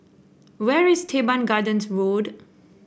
where is Teban Gardens Road